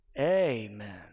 Amen